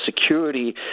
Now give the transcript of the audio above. security